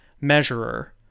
measurer